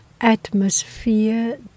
atmosphere